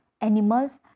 animals